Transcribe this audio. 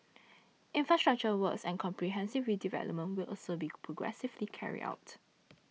infrastructure works and comprehensive redevelopment will also be progressively carried out